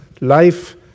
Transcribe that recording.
life